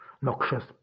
noxious